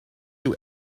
you